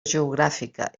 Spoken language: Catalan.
geogràfica